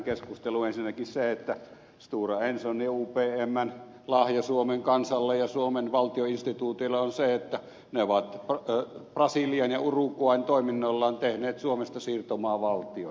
ensinnäkin se että stora enson ja upmn lahja suomen kansalle ja suomen valtioinstituutiolle on se että ne ovat brasilian ja uruguayn toiminnoillaan tehneet suomesta siirtomaavaltion